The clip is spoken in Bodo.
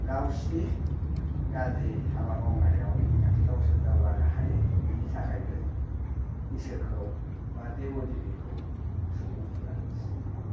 गावसिनि गाज्रि हाबा मावनायाव जाहाथे गावसोर दावगानो हायो बेनि थाखायबो इसोरखौ बा देव देबिखौ सुबुंफोरा सिबियो